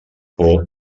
por